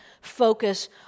focus